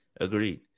agreed